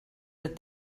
that